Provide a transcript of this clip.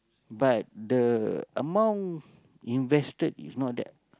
but the amount invested is not that